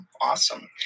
awesome